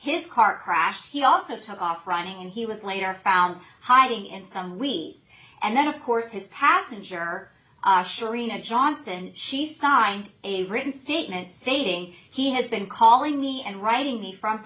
his car crash he also took off running and he was later found hiding in some weeds and then of course his passenger sure enough johnson she signed a written statement saying he has been calling me and writing me from